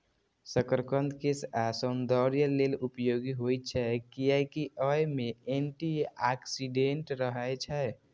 शकरकंद केश आ सौंदर्य लेल उपयोगी होइ छै, कियैकि अय मे एंटी ऑक्सीडेंट रहै छै